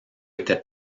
était